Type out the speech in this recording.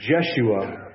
Jeshua